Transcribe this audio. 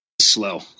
slow